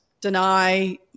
deny